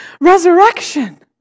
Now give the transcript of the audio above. resurrection